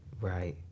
Right